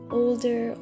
older